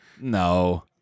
No